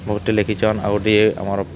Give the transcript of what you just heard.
ବହୁତ୍ଟେ ଲେଖିଚନ୍ ଆଉ ଗୁଟେ ଆମର୍